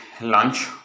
lunch